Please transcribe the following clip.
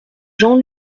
jean